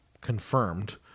confirmed